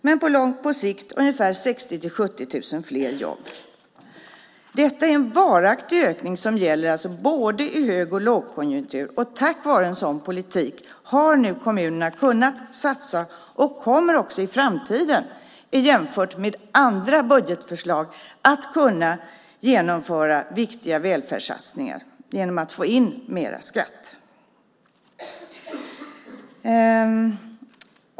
Men på sikt handlar det om 60 000-70 000 fler jobb. Detta är en varaktig ökning som gäller både i hög och lågkonjunktur. Tack vare en sådan politik har nu kommunerna kunnat satsa och kommer också i framtiden jämfört med andra budgetförslag att kunna genomföra viktiga välfärdssatsningar genom att få in mer skatt.